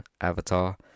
Avatar